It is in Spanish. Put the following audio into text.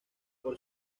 por